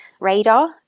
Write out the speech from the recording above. radar